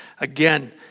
again